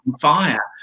fire